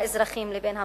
בין האזרחים לבין המדינה.